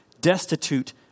destitute